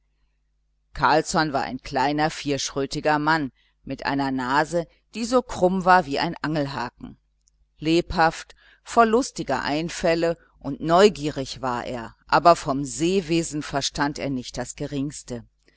carlsson war ein kleiner vierschrötiger mensch mit einer nase die so krumm war wie ein angelhaken lebhaft voll lustiger einfälle und neugierig war er aber vom seewesen verstand er nicht das geringste